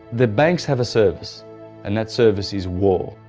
the banks have a service and that service is war.